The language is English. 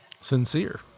Sincere